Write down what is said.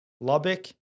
Lubbock